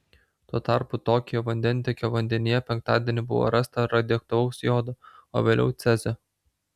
tuo tarpu tokijo vandentiekio vandenyje penktadienį buvo rasta radioaktyvaus jodo o vėliau cezio